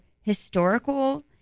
historical